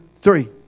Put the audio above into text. three